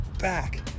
back